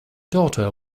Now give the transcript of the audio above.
daughter